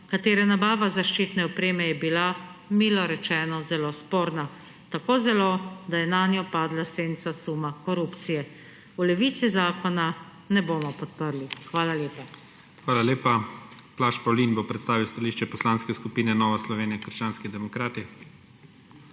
katere nabava zaščitne opreme je bila milo rečeno zelo sporna, tako zelo, da je nanjo padla senca suma korupcije. V Levici zakona ne bomo podprli. Hvala lepa. PREDSEDNIK IGOR ZORČIČ: Hvala lepa. Blaž Pavlin bo predstavil stališče Poslanske skupine Nova Slovenija – krščanski demokrati.